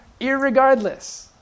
irregardless